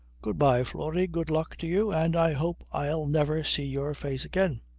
good-bye, florrie. good luck to you and i hope i'll never see your face again.